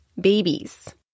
babies